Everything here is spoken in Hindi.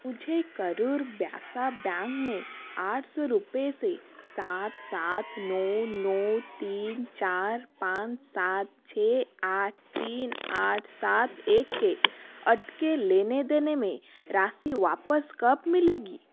मुझे करूर व्यसा बैंक में आठ सौ रुपये से सात सात नौ नौ तीन चार पाँच सात छः आठ तीन आठ सात एक के अटके लेन देन में राशि वापस कब मिलेगी